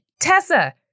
Tessa